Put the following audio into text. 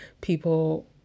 people